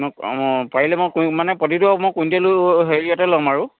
অ' পাৰিলে মই অ' মানে প্ৰতিটো মই কুইণ্টেল হেৰিয়াতে ল'ম আৰু